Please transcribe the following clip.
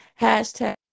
Hashtag